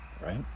right